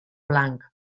blanc